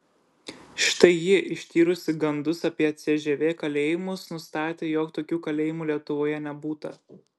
štai ji ištyrusi gandus apie cžv kalėjimus nustatė jog tokių kalėjimų lietuvoje nebūta